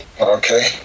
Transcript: okay